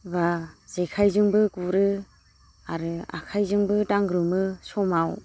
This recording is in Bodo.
बा जेखाइजोंबो गुरो आरो आखाइजोंबो दांग्रोमोन समाव